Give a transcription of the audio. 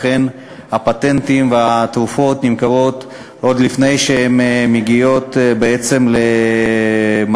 ולכן הפטנטים נמכרים עוד לפני שהתרופות מגיעות למדף,